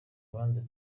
banze